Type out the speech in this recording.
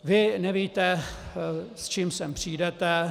Vy nevíte, s čím sem přijdete.